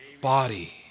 body